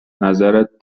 نظرت